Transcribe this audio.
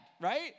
Right